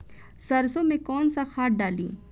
सरसो में कवन सा खाद डाली?